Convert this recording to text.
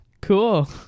Cool